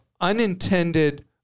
unintended